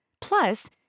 Plus